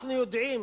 אנחנו יודעים